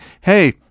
hey